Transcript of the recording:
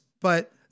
but-